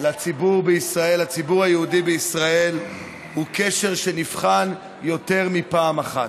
לציבור היהודי בישראל הוא קשר שנבחן יותר מפעם אחת.